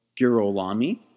Girolami